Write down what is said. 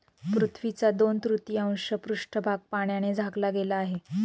पृथ्वीचा दोन तृतीयांश पृष्ठभाग पाण्याने झाकला गेला आहे